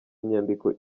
inyandiko